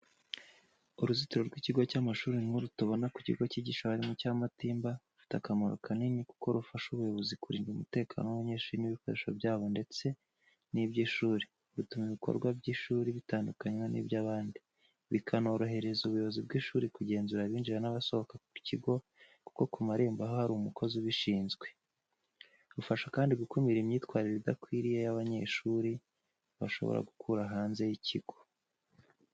Uruzitiro rw’ikigo cy’amashuri nk'uru tubona ku kigo kigisha abarimu cya Matimba, rufite akamaro kanini kuko rufasha ubuyobozi kurinda umutekano w’abanyeshuri n’ibikoresho byabo ndetse n’iby’ishuri, rutuma ibikorwa by’ishuri bitandukanywa n’iby’abandi, bikanorohereza ubuyobozi bw'ishuri kugenzura abinjira n’abasohoka mu kigo kuko ku marembo haba hari umukozi ubishinzwe. Rufasha kandi gukumira imyitwarire idakwiriye abanyeshuri bashobora gukura hanze y’ikigo.